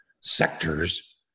sectors